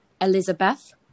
Elizabeth